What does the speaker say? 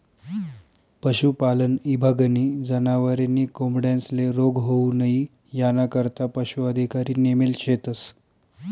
पशुपालन ईभागनी जनावरे नी कोंबड्यांस्ले रोग होऊ नई यानाकरता पशू अधिकारी नेमेल शेतस